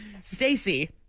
Stacy